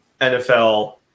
NFL